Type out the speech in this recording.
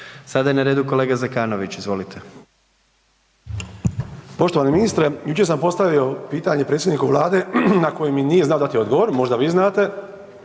Sada je na redu kolega Zekanović, izvolite. **Zekanović, Hrvoje (HRAST)** Poštovani ministre, jučer sam postavio pitanje predsjedniku vlade na koji mi nije znao dati odgovor, možda vi znate.